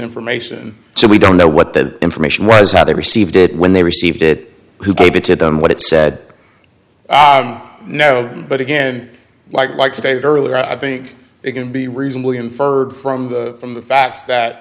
information so we don't know what the information was how they received it when they received it who gave it to them what it said no but again like like stated earlier i think it can be reasonably inferred from from the facts that